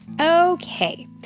Okay